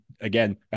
again